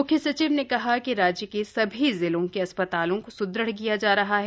म्ख्य सचिव ने कहा कि राज्य के सभी जिलों के अस्पतालों को सुदृढ़ किया जा रहा है